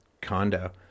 condo